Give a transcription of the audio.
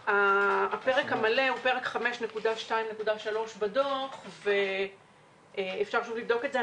הפרק המלא הוא פרק 5.2.3 בדו"ח ואפשר לבדוק את זה.